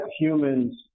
humans